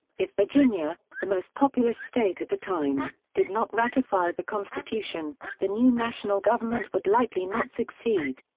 if virginia, the most populous state at the time, did not ratify the constitution, the new national government would likely not succeed.